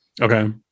Okay